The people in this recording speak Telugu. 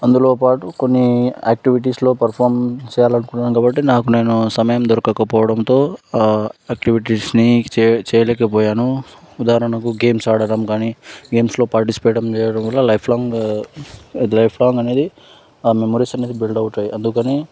అందులో పాటు కొన్ని ఆక్టివిటీస్లో పర్ఫామ్ చాలా నాకు నేను సమయం దొరకకపోవడంతో ఆక్టివిటీస్ని చే చేయలేకపోయాను ఉదాహరణకు గేమ్స్ ఆడడము గానీ గేమ్స్లో పాటిసిపేట్ చేయడం లైఫ్ లాంగ్ లైఫ్ లాంగ్ అనేది ఆ మెమరీస్ అనేది బిల్డ్ అవుతాయి అందుకని